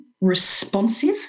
responsive